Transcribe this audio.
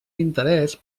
interès